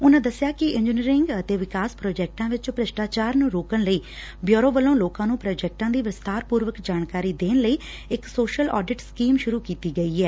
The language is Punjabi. ਉਨਾਂ ਦਸਿਆ ਕਿ ਇੰਜੀਨੀਅਰਿੰਗ ਅਤੇ ਵਿਕਾਸ ਪ੍ਰਾਜੈਕਟਾਂ ਵਿੱਚ ਭ੍ਰਿਸ਼ਟਾਚਾਰ ਨੂੰ ਰੋਕਣ ਲਈ ਬਿਉਰੋ ਵਲੋ ਲੋਕਾਂ ਨੂੰ ਪ੍ਰੋਜੈਕਟਾ ਦੀ ਵਿਸਬਾਰਪੁਰਵਕ ਜਾਣਕਾਰੀ ਦੇਣ ਲਈ ਇਕ ਸੋਸਲ ਆਡਿਟ ਸਕੀਮ ਸ਼ੁਰੂ ਕੀਤੀ ਗਈ ਐ